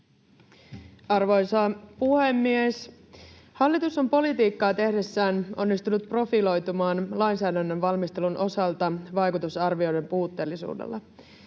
Arvoisa puhemies! Hallitus on politiikkaa tehdessään onnistunut profiloitumaan lainsäädännön valmistelun osalta vaikutusarvioiden puutteellisuudella.